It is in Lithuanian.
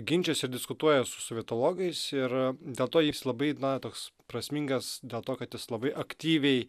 ginčijasi ir diskutuoja su sovietologais ir dėl to jis labai na toks prasmingas dėl to kad jis labai aktyviai